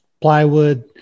plywood